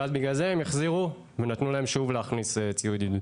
ואז בגלל זה הם החזירו ונתנו להם שוב להכניס ציוד עידוד.